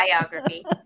biography